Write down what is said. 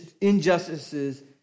injustices